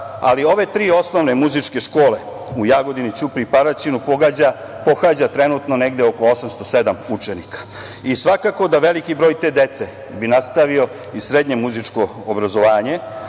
ali ove tri osnovne muzičke škole u Jagodini, Ćupriji i Paraćinu, pohađa trenutno negde oko 807 učenika. Svakako da bi veliki broj te dece nastavilo i srednje muzičko obrazovanje,